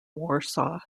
warsaw